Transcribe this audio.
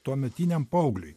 tuometiniam paaugliui